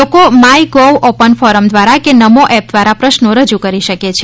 લોકો my gov open forum દ્વારા કે નમો એપ દ્વારા પ્રશ્નો રજૂ કરી શકે છે